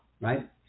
right